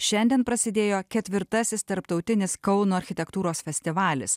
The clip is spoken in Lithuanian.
šiandien prasidėjo ketvirtasis tarptautinis kauno architektūros festivalis